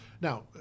Now